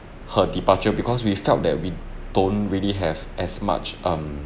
her departure because we felt that we don't really have as much um